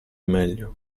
meglio